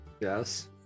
yes